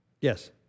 Yes